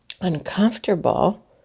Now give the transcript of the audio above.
uncomfortable